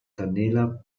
canela